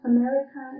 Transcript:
America